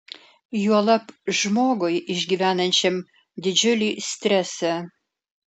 juolab žmogui išgyvenančiam didžiulį stresą